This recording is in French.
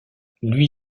lui